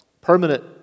permanent